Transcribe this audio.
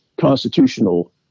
constitutional